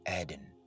Eden